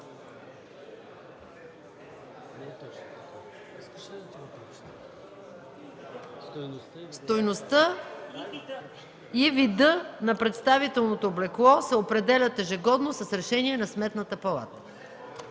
Стойността и видът на представителното облекло се определят ежегодно с решение на Сметната палата”.